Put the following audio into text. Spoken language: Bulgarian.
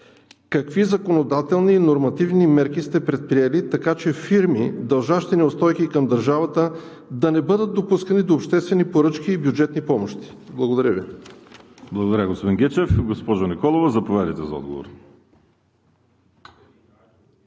Какви законодателни и нормативни мерки сте предприели, така че фирмите, дължащи неустойки към държавата, да не бъдат допускани до обществени поръчки и бюджетни помощи? Благодаря Ви. ПРЕДСЕДАТЕЛ ВАЛЕРИ СИМЕОНОВ: Благодаря, господин Гечев. Госпожо Николова, заповядайте за отговор.